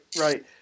right